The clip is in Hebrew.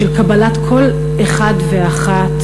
של קבלת כל אחד ואחת